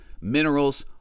minerals